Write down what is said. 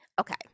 okay